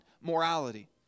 morality